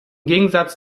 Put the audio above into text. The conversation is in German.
gegensatz